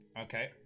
Okay